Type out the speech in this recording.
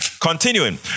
Continuing